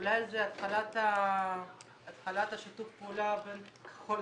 אולי זו התחלת שיתוף הפעולה בין כחול